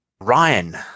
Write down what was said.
Ryan